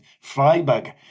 Freiburg